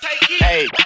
Hey